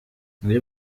nari